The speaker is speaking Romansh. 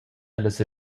ellas